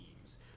teams